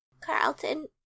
Carlton